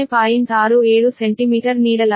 67 centimetre ನೀಡಲಾಗಿದೆ